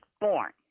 born